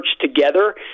together